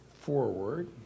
forward